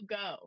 go